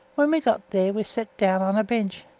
when we got there we set down on a bench,